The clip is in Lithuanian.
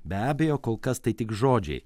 be abejo kol kas tai tik žodžiai